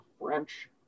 French